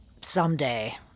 Someday